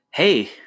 Hey